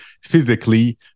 physically